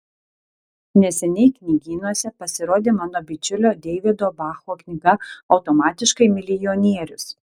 neseniai knygynuose pasirodė mano bičiulio deivido bacho knyga automatiškai milijonierius